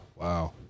Wow